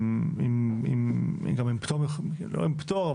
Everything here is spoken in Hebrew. ולא עם פטור,